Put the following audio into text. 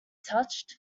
touched